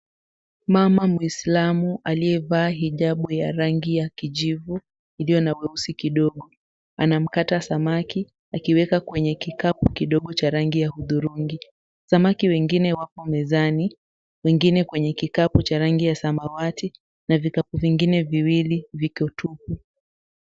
Mama Mwislamu aliye hijabu ya rangi ya kijivu iliyo na uweusi kidogo anamkata samaki akiweka kwenye kikapu kidogo cha rangi ya hudhurungi, samaki wengine wapo mezani wengine kwenye kikapu cha rangi ya samawati na vikapu vingine viwili viko tupu.